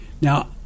Now